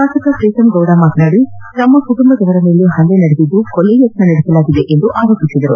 ಶಾಸಕ ಪ್ರೀತಂಗೌಡ ಮಾತನಾಡಿ ತಮ್ಮ ಕುಟುಂಬದವರ ಮೇಲೆ ಹಲ್ಲೆ ನಡೆದಿದ್ದು ಕೊಲೆ ಯತ್ನ ನಡೆಸಲಾಗಿದೆ ಎಂದು ಆರೋಪಿಸಿದರು